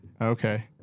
Okay